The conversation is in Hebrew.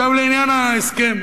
עכשיו לעניין ההסכם.